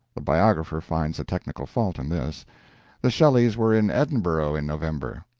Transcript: the biographer finds a technical fault in this the shelleys were in edinburgh in november.